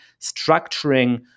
structuring